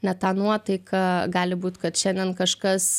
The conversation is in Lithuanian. ne ta nuotaika gali būti kad šiandien kažkas